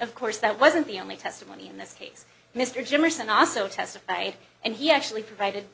of course that wasn't the only testimony in this case mr jimerson also testified and he actually provided